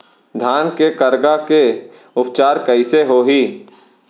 धान के करगा के उपचार कइसे होही?